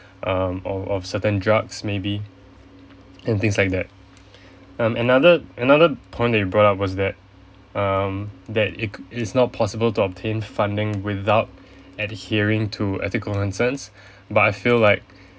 um or or certain drugs maybe and things like that um another another point that you bought up was that um that it it is not possible to obtain funding without adhering to ethical consent but I feel like